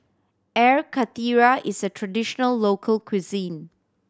Air Karthira is a traditional local cuisine